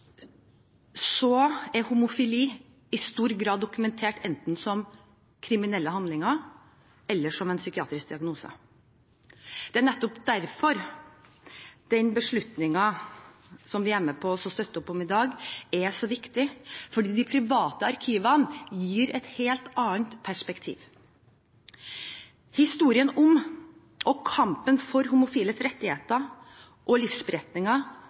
er homofili i stor grad dokumentert enten som kriminelle handlinger eller som en psykiatrisk diagnose. Det er nettopp derfor den beslutningen som vi er med på å støtte opp om i dag, er så viktig, fordi de private arkivene gir et helt annet perspektiv. Historien om – og kampen for – homofiles rettigheter og livsberetninger